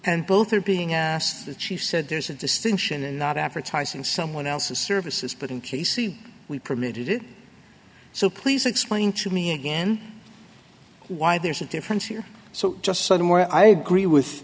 and both are being asked that she said there's a distinction in not advertising someone else's services but in case we permitted it so please explain to me again why there's a difference here so just sudden where i agree with